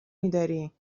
میداریم